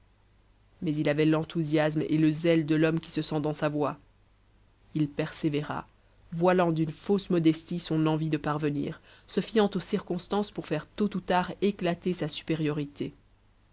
mais il avait l'enthousiasme et le zèle de l'homme qui se sent dans sa voie il persévéra voilant d'une fausse modestie son envie de parvenir se fiant aux circonstances pour faire tôt ou tard éclater sa supériorité